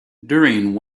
during